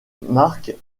marque